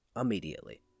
Immediately